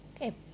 Okay